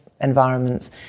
environments